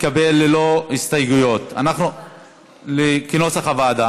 התקבלו ללא הסתייגויות, כנוסח הוועדה.